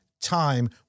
time